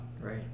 right